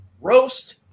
Roast